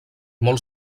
molt